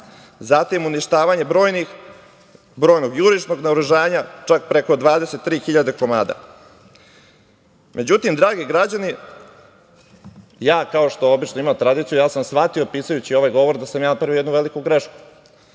zatim uništavanje brojnog jurišnog naoružanja, čak preko 23.000 komada.Međutim, dragi građani, kao što obično imam tradiciju, ja sam shvatio, pišući ovaj govor, da sam napravio jednu veliku grešku.